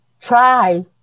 try